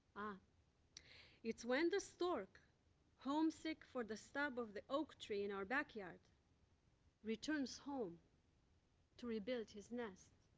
ah it's when the stork homesick for the stub of the oak tree in our backyard returns home to rebuild his nest